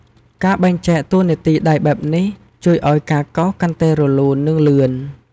ការបែងចែកតួនាទីដៃបែបនេះ ជួយឱ្យការកោសកាន់តែរលូន និងលឿន។